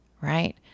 right